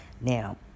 Now